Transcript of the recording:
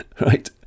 right